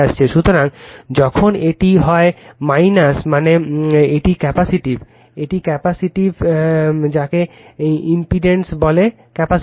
সুতরাং যখন এটি হয় মাইনাস মানে রেফার টাইম 3046 এটি ক্যাপাসিটিভ এটি ক্যাপাসিটিভ রেফার টাইম 3048 যাকে ইম্পিডেন্স বলে ক্যাপাসিটিভ